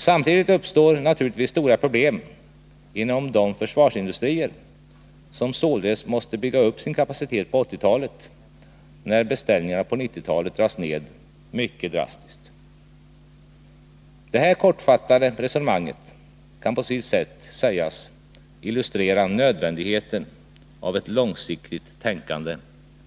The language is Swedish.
Samtidigt uppstår naturligtvis stora problem inom de försvarsindustrier som således måste bygga upp sin kapacitet på 1980-talet när beställningarna på 1990-talet dras ned mycket drastiskt. Detta kortfattade resonemang kan på sitt sätt sägas illustrera nödvändigheten av ett långsiktigt tänkande